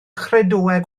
chredoau